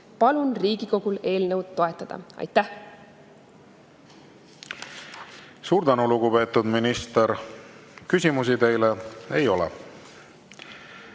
Palun Riigikogul eelnõu toetada. Aitäh! Suur tänu, lugupeetud minister! Küsimusi teile ei ole.